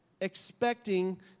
expecting